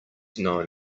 known